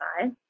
side